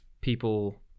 people